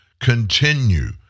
continue